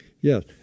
Yes